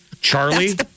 charlie